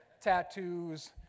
tattoos